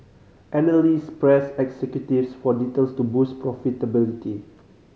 analysts pressed executives for details to boost profitability